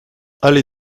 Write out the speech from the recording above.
allée